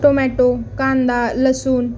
tomato कांदा लसूण